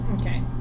Okay